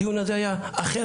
הדיון הזה היה אחרת.